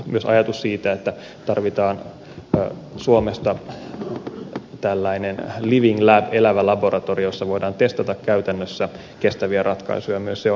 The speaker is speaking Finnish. myös ajatus siitä että tarvitaan suomesta tällainen living lab elävä laboratorio jossa voidaan testata käytännössä kestäviä ratkaisuja on hyvin kannatettava